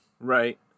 Right